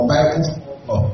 Bible